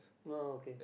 oh okay